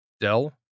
Dell